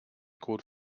code